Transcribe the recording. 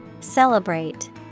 Celebrate